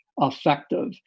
effective